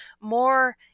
more